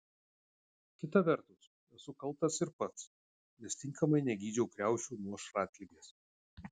kita vertus esu kaltas ir pats nes tinkamai negydžiau kriaušių nuo šratligės